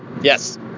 Yes